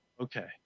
Okay